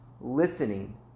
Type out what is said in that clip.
listening